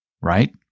right